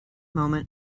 moment